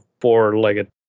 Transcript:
four-legged